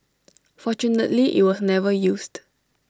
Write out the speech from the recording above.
fortunately IT was never used